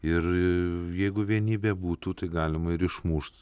ir jeigu vienybė būtų tai galima ir išmušt